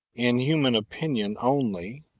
in human opinion only,